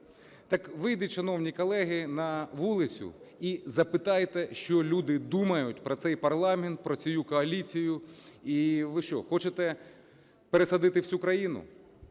Так вийдіть, шановні колеги, на вулицю і запитайте, що люди думають про цей парламент, про цю коаліцію. І ви що, хочете пересадити всю країну?